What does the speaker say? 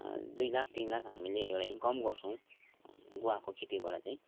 दुई लाख तिन लाख हामीले एउटा इन्कम गर्छौँ गुवाको खेतीबाट चाहिँ